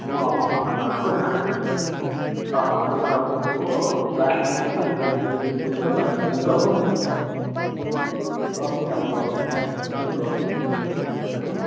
अँ अँ खाना त राम्रै खाँदैथियो अब हामी त बाबु हो अब चालै पाउँदैन अब कुदेको कुदेकै बाहिरतिर हो हजुर हजुर र पनि म चेक गर्छु नि के हुँदैछ ल